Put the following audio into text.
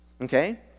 Okay